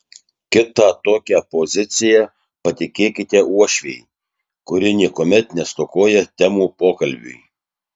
kitą tokią poziciją patikėkite uošvei kuri niekuomet nestokoja temų pokalbiui